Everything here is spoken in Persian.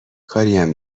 کاریم